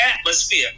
atmosphere